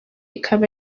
ikaba